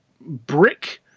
brick